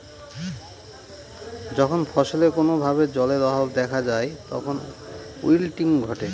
যখন ফসলে কোনো ভাবে জলের অভাব দেখা যায় তখন উইল্টিং ঘটে